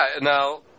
now